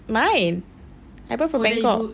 mine I bought from bangkok